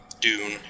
Dune